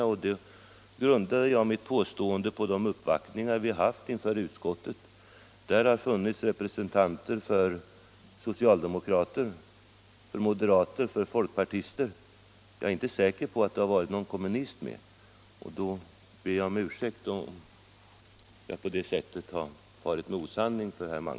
Det påståendet grundar jag på de uppvaktningar som vi haft inför utskottet. Där har funnits representanter för socialdemokrater, moderater och folkpartister. Jag är inte säker på om det varit någon kommunist med, och jag ber om ursäkt om jag har farit med osanning.